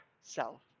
self